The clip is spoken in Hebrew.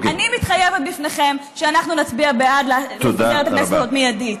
אני מתחייבת בפניכם שאנחנו נצביע בעד לפזר את הכנסת הזאת מיידית.